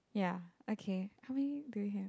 ya okay how many do you have